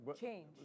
change